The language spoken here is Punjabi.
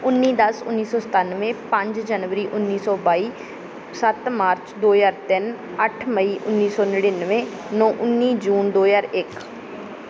ਉੱਨੀ ਦਸ ਉੱਨੀ ਸੌ ਸਤਾਨਵੇਂ ਪੰਜ ਜਨਵਰੀ ਉੱਨੀ ਸੌ ਬਾਈ ਸੱਤ ਮਾਰਚ ਦੋ ਹਜ਼ਾਰ ਤਿੰਨ ਅੱਠ ਮਈ ਉੱਨੀ ਸੌ ਨੜ੍ਹਿਨਵੇਂ ਨੌ ਉੱਨੀ ਜੂਨ ਦੋ ਹਜ਼ਾਰ ਇੱਕ